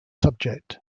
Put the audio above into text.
subject